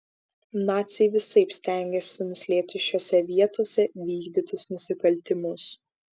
naciai visaip stengėsi nuslėpti šiose vietose vykdytus nusikaltimus